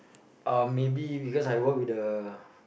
uh maybe because I work with the